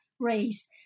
race